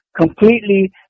completely